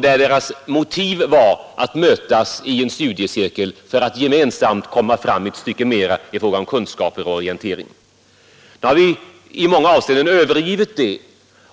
Deras motiv var att mötas för att gemensamt komma ett stycke längre på väg i fråga om kunskaper och orientering. Man har i många avseenden övergivit detta